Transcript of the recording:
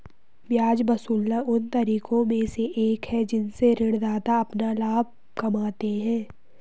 ब्याज वसूलना उन तरीकों में से एक है जिनसे ऋणदाता अपना लाभ कमाते हैं